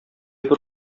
бер